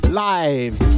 live